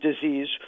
disease